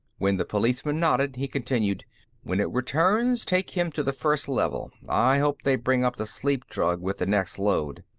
when the policeman nodded, he continued when it returns, take him to the first level. i hope they bring up the sleep-drug with the next load.